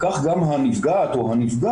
כך גם הנפגעת או הנפגע,